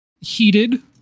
heated